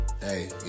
Hey